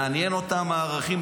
מעניינים אותם הערכים.